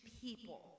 people